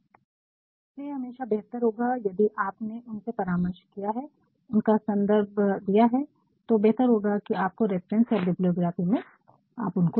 तो इसलिए ये हमेशा बेहतर होता है कि यदि आपने उनसे परामर्श किया है उनका सन्दर्भ दिया है तो बेहतर होगा उसको रिफरेन्स या बिबलियोग्राफी में लिखे